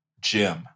Jim